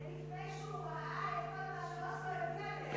זה לפני שהוא ראה את כל מה שאוסלו הביא עלינו.